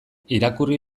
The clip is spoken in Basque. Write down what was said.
irakurri